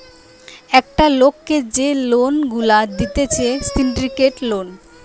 একটা লোককে যে লোন গুলা দিতেছে সিন্ডিকেট লোন